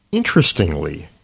interestingly,